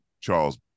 Charles